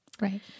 right